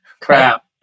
Crap